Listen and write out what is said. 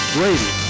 Brady